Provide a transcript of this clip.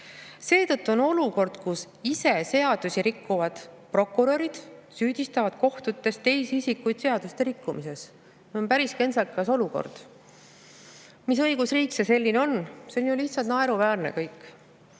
Seetõttu on olukord, kus ise seadusi rikkuvad prokurörid süüdistavad kohtutes teisi isikuid seaduste rikkumises. See on päris kentsakas olukord. Mis õigusriik see selline on? See kõik on ju lihtsalt naeruväärne.